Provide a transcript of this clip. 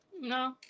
No